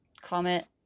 comment